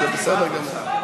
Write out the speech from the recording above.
זה בסדר גמור.